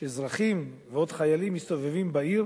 שאזרחים, ועוד חיילים, מסתובבים בעיר